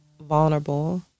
vulnerable